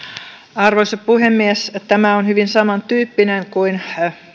arvoisa puhemies tämä on hyvin samantyyppinen kuin